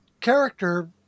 character